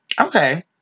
Okay